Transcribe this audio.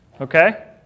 okay